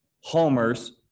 homers